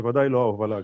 בוודאי לא ההובלה הכבדה.